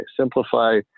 Simplify